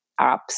apps